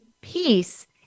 peace